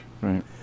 Right